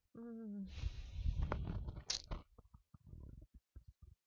mm